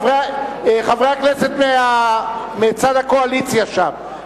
חברי הכנסת מצד הקואליציה שם,